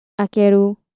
Akeru